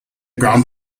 ground